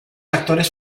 actores